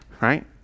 right